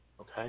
okay